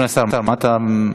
אדוני השר, מה אתה מציע?